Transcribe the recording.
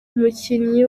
umukinnyi